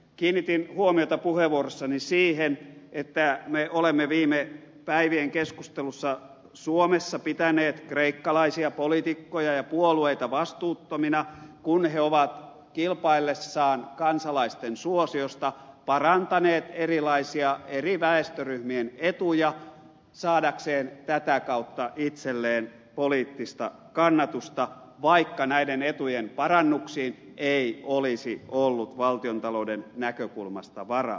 kiinnitin huomiota puheenvuorossani siihen että me olemme viime päivien keskustelussa suomessa pitäneet kreikkalaisia poliitikkoja ja puolueita vastuuttomina kun he ovat kilpaillessaan kansalaisten suosiosta parantaneet erilaisia eri väestöryhmien etuja saadakseen tätä kautta itselleen poliittista kannatusta vaikka näiden etujen parannuksiin ei olisi ollut valtiontalouden näkökulmasta varaa